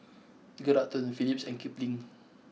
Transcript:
Geraldton Philips and Kipling